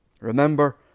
Remember